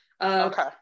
Okay